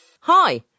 Hi